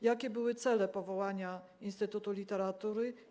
Jakie były cele powołania instytutu literatury?